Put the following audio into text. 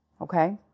Okay